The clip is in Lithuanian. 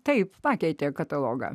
taip pakeitė katalogą